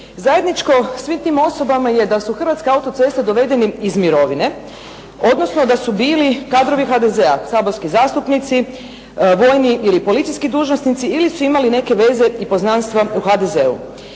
Zajedničko svim tim osobama je da su u Hrvatske autoceste dovedeni iz mirovine, odnosno da su bili kadrovi HDZ-a, saborski zastupnici, vojni ili policijski dužnosnici ili su imali neke veze i poznanstva u HDZ-u.